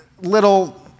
little